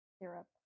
Syrup